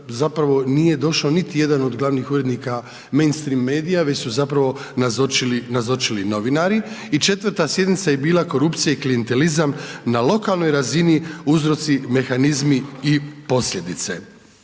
zapravo nije došao niti jedan od glavnih urednika men's string medija već su zapravo nazočili, nazočili novinari. I četvrta sjednica je bila Korupcija i klijentelizam na lokalnoj razini, uzroci, mehanizmi i posljedice.